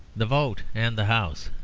the vote and the house